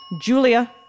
Julia